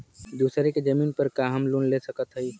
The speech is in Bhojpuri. दूसरे के जमीन पर का हम लोन ले सकत हई?